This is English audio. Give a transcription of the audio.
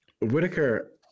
Whitaker